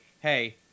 hey